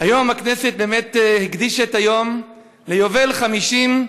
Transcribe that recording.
היום הכנסת באמת הקדישה את היום ליובל 50,